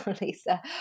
Lisa